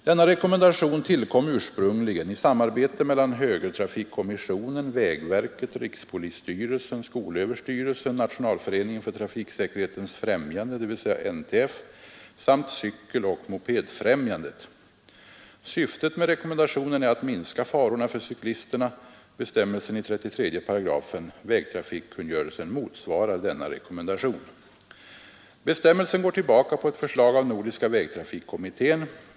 Denna rekommendation tillkom ursprungligen i samarbete mellan högertrafikkommissionen, «vägverket, <rikspolisstyrelsen, <skolöverstyrelsen, Nationalföreningen för trafiksäkerhetens främjande, dvs. NTF, samt Cykeloch mopedfrämjandet. Syftet med rekommendationen är att minska farorna för cyklisterna. Bestämmelsen i 33 § vägtrafikkungörelsen motsvarar denna rekommendation. Bestämmelsen går tillbaka på ett förslag av nordiska vägtrafikkommittén.